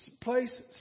place